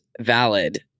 valid